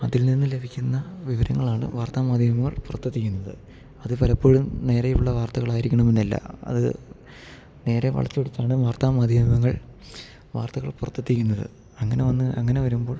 അതിൽ നിന്ന് ലഭിക്കുന്ന വിവരങ്ങളാണ് വാർത്താ മാധ്യമങ്ങൾ പുറത്ത് എത്തിക്കുന്നത് അത് പലപ്പോഴും നേരെയുള്ള വാർത്തകൾ ആയിരിക്കണമെന്നില്ല അത് നേരെ വളച്ച് ഒടിച്ചാണ് വാർത്താ മാധ്യമങ്ങൾ വാർത്തകൾ പുറത്തെത്തിക്കുന്നത് അങ്ങനെ വന്ന് അങ്ങനെ വരുമ്പോൾ